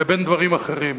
לבין דברים אחרים.